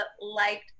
liked